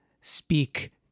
speak